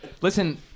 Listen